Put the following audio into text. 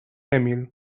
emil